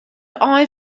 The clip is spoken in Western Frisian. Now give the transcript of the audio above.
ein